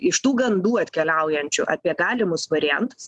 iš tų gandų atkeliaujančių apie galimus variantus